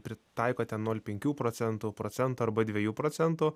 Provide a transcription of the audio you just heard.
pritaiko ten nol penkių procentų procento arba dviejų procentų